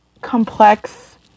complex